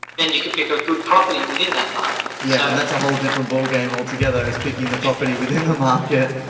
then you can pick a good property within that market. ryan yeah. and that's a whole different ball game altogether is picking the property within the market.